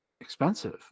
expensive